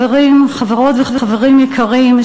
חברות וחברים יקרים,